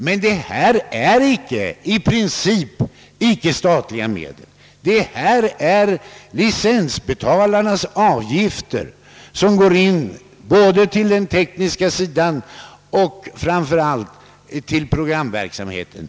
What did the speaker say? Men dessa medel är i princip icke statliga. Det är här fråga om licensbetalarnas avgifter, vilka används för att bekosta både den tekniska verksamheten och framför allt programverksamheten.